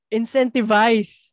incentivize